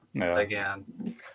again